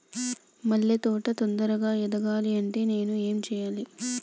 మల్లె తోట తొందరగా ఎదగాలి అంటే నేను ఏం చేయాలి?